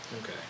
Okay